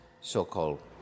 so-called